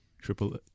Triple